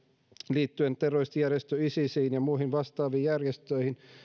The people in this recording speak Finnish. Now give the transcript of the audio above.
liittyen terroristijärjestö isisiin ja muihin vastaaviin järjestöihin